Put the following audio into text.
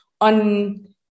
on